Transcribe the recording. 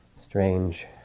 strange